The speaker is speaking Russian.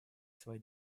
свои